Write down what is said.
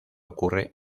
ocurre